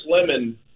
lemon